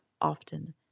often